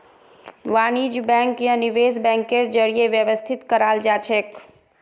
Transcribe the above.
वाणिज्य बैंक या निवेश बैंकेर जरीए व्यवस्थित कराल जाछेक